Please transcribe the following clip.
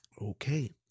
Okay